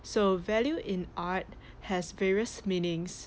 so value in art has various meanings